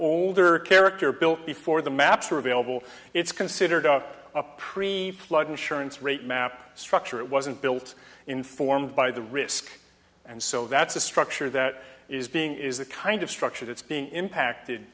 older character built before the maps are available it's considered a pre flood insurance rate map structure it wasn't built in formed by the risk and so that's the structure that is being is the kind of structure that's being impacted